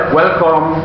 welcome